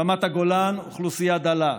ברמת הגולן, אוכלוסייה דלה,